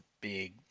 big